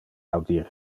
audir